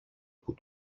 που